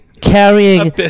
Carrying